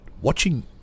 watching